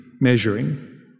measuring